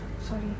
Sorry